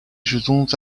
世宗